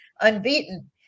unbeaten